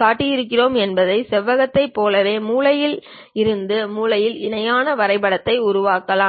கட்டியிருக்கிறோம் என்பதை செவ்வகத்தைப் போலவே மூலையில் இருந்து மூலையில் இணையான வரைபடத்தையும் உருவாக்கலாம்